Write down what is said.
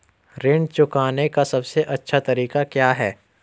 ऋण चुकाने का सबसे अच्छा तरीका क्या है?